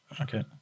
Okay